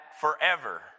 Forever